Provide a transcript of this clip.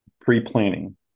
Pre-planning